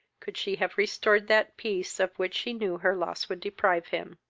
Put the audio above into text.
could she have restored that peace of which she knew her loss would deprive him.